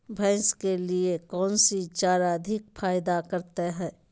भैंस के लिए कौन सी चारा अधिक फायदा करता है?